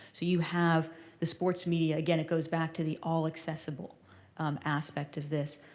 so you have the sports media. again, it goes back to the all accessible aspect of this.